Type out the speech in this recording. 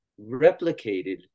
replicated